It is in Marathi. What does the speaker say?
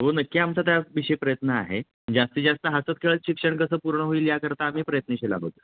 हो नक्की आमचा त्याविषयी प्रयत्न आहे जास्तीत जास्त हसत खेळत शिक्षण कसं पूर्ण होईल याकरता आम्ही प्रयत्नशील आहोत